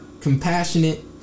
compassionate